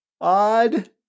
odd